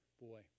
Boy